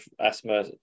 asthma